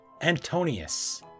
Antonius